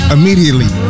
Immediately